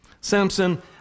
Samson